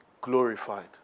glorified